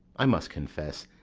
i must confess,